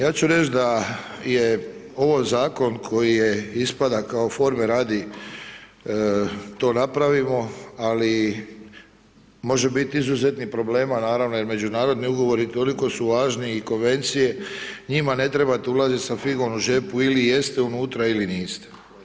Ja ću reć da je ovo zakon koji ispada kao forme radi, to napravimo ali može biti izuzetnih problema naravno jer međunarodni ugovori toliko su važni i konvencije, njima ne trebate ulazit sa figom u džepu, ili jeste unutra ili niste.